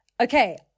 Okay